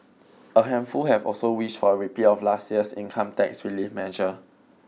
a handful have also wished for a repeat of last year's income tax relief measure